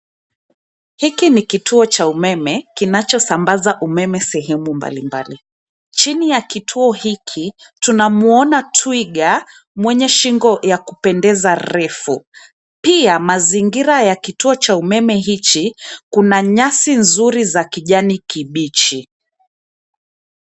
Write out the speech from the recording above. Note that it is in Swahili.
Hiki ni kituo cha umeme, kinachosambaza umeme sehemu mbalimbali. Chini ya kituo hiki, tunamuona twiga mwenye shingo ya kupendeza refu. Pia mazingira ya kituo cha umeme hichi, kuna nyasi nzuri za kijani kibichi.